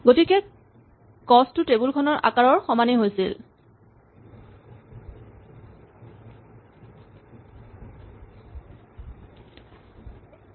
গতিকে কস্ত টো টেবল খনৰ আকাৰৰ সমানেই হয়